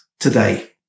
Today